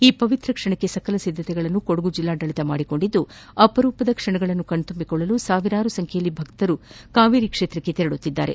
ಈ ಪವಿತ್ರ ಕ್ಷಣಕ್ಕೆ ಸಕಲ ಸಿದ್ದತೆಗಳನ್ನೂ ಕೊಡಗು ಜಿಲ್ಲಾಡಳಿತ ಮಾಡಿಕೊಂಡಿದ್ದು ಅಪರೂಪದ ಕ್ಷಣಗಳನ್ನು ಕಣ್ತುಂಬಿಕೊಳ್ಳಲು ಸಾವಿರಾರು ಸಂಖ್ಯೆಯಲ್ಲಿ ಭಕ್ತಾದಿಗಳು ಕಾವೇರಿ ಕ್ಷೇತ್ರಕ್ಕೆ ತೆರಳುತ್ತಿದ್ದಾರೆ